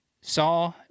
saw